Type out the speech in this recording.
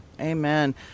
Amen